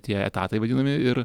tie etatai vadinami ir